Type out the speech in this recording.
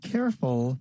Careful